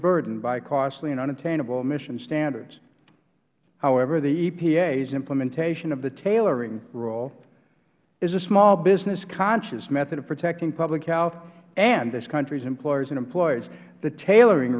burdened by costly and unattainable emission standards however the epa's implementation of the tailoring rule is a small business conscious method of protecting public health and this country's employers and employees the tailoring